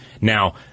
Now